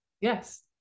Yes